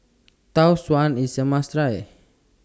Tau Suan IS A must Try